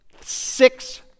six